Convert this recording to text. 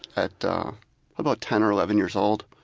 at about ten or eleven years old,